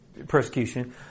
Persecution